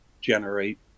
generate